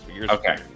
okay